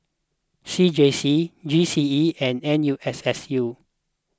C J C G C E and N U S S U